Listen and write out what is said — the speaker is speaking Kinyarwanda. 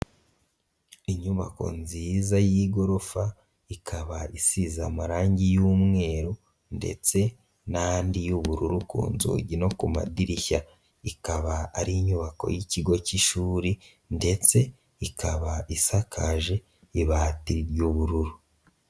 Inyubako nziza y'igorofa ikaba isize amarangi y'umweru ndetse n'andi y'ubururu ku nzugi no ku madirishya, ikaba ari inyubako y'ikigo cy'ishuri ndetse ikaba isakaje ibati ry'ubururu.